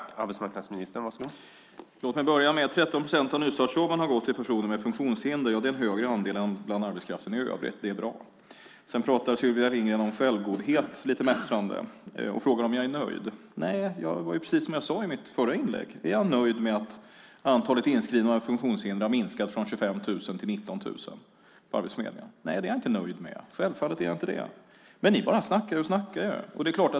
Herr talman! Låt mig börja med att 13 procent av nystartsjobben har gått till personer med funktionshinder. Det är en större andel än bland arbetskraften i övrigt. Det är bra. Sylvia Lindgren pratade lite mässande om självgodhet och frågade om jag är nöjd. Nej, det var precis det jag sade i mitt förra inlägg. Är jag nöjd med att antalet inskrivna med funktionshinder har minskat från 25 000 till 19 000 på arbetsförmedlingen? Nej, det är jag självfallet inte. Men ni bara snackar och snackar.